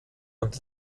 und